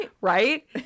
Right